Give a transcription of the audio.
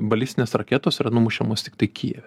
balistinės raketos yra numušemos tiktai kijeve